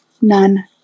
None